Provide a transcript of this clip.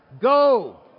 Go